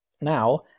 now